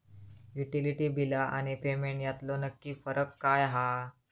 Utility बिला आणि payment यातलो नक्की फरक काय हा?